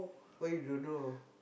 why you don't know